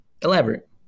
Elaborate